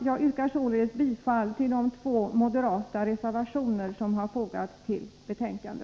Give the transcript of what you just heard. Jag yrkar således bifall till de moderata reservationer som fogats till utskottets betänkande.